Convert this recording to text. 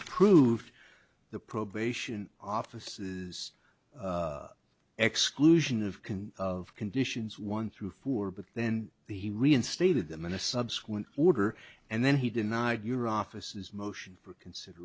approved the probation office the exclusion of can of conditions one through four but then he reinstated them in a subsequent order and then he denied your offices motion for consider